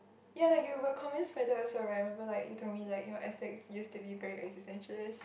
ya like you were convinced by that also right I remember like you told me like your ethics used to be very existentialist